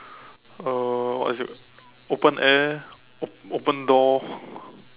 uh what is it open air op~ open door